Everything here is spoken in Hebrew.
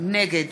נגד